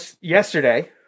yesterday